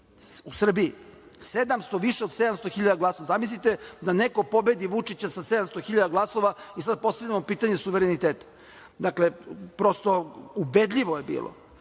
u Srbiji, više od 700 hiljada glasova. Zamislite da neko pobedi Vučića sa 700 hiljada glasov i sada postavljamo pitanje suvereniteta. Dakle, prosto, ubedljivo je bilo